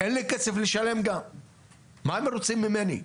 אין לי כסף לשלם גם, מה אתם רוצים ממני?